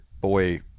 boy